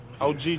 OG